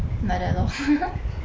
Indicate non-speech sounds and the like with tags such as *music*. like that lor *laughs*